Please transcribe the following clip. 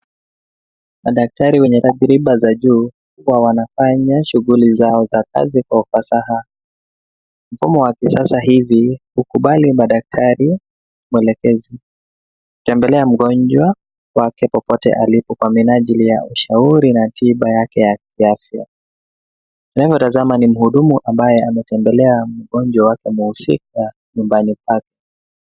Madaktari wenye tajriba za juu, uwa wanafanya, shughuli zao za kazi kwa ufasaha. Mfumo wa kisasa hivi, hukubali madaktari, mwelekezi, kutembelea mgonjwa wake popote alipo kwa minajili ya ushauri na tiba yake ya kiafya. Unapotazama ni mhudumu ambaye ametembelea mgonjwa wake mhusika, nyumbani kwake.